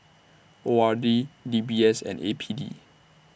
O R D D B S and A P D